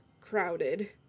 crowded